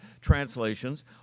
translations